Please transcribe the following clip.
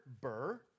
burr